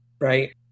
right